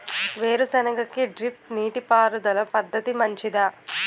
వేరుసెనగ కి డ్రిప్ నీటిపారుదల పద్ధతి మంచిదా?